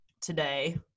today